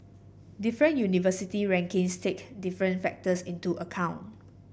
different university rankings take different factors into account